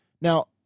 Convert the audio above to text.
Now